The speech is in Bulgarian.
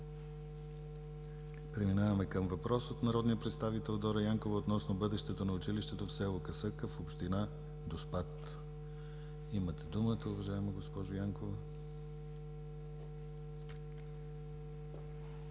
Преминаваме към въпрос от народния представител Дора Янкова относно бъдещето на училището в село Касъка в община Доспат. Имате думата, уважаема госпожо Янкова.